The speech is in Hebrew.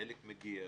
חלק מגיע.